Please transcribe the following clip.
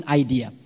idea